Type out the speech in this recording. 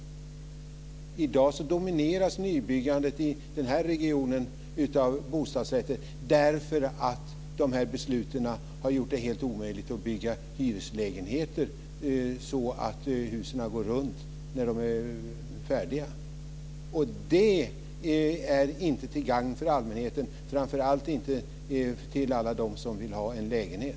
I dag domineras nybyggandet i den här regionen av bostadsrätter eftersom de här besluten har gjort det helt omöjligt att bygga hyreslägenheter så att husen går runt när de är färdiga. Det är inte till gagn för allmänheten, framför allt inte för alla dem som vill ha en lägenhet.